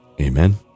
Amen